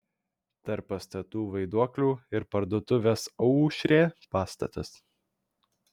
tarp pastatų vaiduoklių ir parduotuvės aušrė pastatas